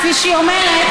כפי שהיא אומרת,